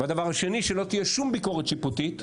והדבר השני שלא תהיה שום ביקורת שיפוטית,